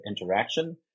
interaction